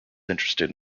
interested